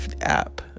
app